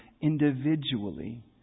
individually